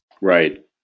Right